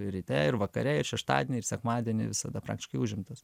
ryte ir vakare ir šeštadienį ir sekmadienį visada praktiškai užimtas